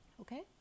okay